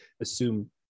assume